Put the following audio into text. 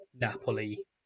Napoli